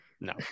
No